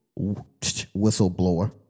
whistleblower